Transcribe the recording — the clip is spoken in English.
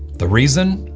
the reason?